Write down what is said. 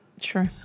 Sure